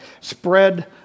spread